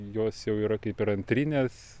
jos jau yra kaip ir antrinės